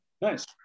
nice